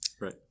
Right